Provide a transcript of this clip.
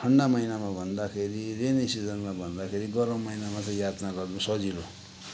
ठन्डा महिनामा भन्दाखेरि रेनी सिजनमा भन्दाखेरि गरम महिनामा चाहिँ यात्रा गर्नु सजिलो